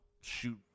shoot